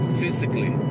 physically